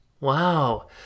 wow